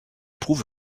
prouve